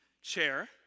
chair